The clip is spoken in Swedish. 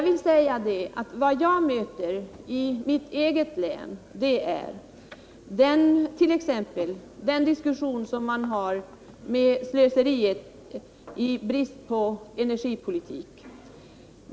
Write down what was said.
Vad jag möter i mitt eget län är t.ex. diskussionen om det slöseri som sker i brist på en energipolitik.